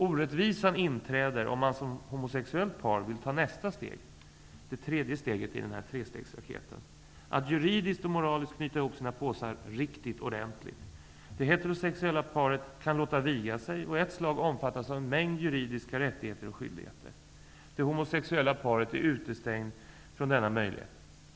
Orättvisan inträder om man som homosexuellt par vill ta nästa steg -- det tredje steget i trestegsraketen -- och juridiskt och moraliskt knyta ihop sina påsar riktigt ordentligt. Det heterosexuella paret kan låta viga sig och i ett slag omfattas av en mängd juridiska rättigheter och skyldigheter. Det homosexuella paret är utestängt från denna möjlighet.